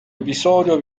episodio